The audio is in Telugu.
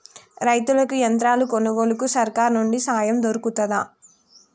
రైతులకి యంత్రాలు కొనుగోలుకు సర్కారు నుండి సాయం దొరుకుతదా?